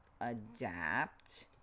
adapt